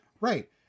right